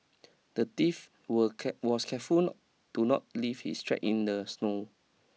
the thief were was careful not to not leave his track in the snow